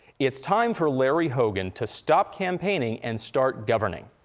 it's time for larry hogan to stop campaigning and start governing.